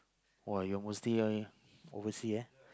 oh you're mostly overseas eh